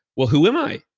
well, who am i?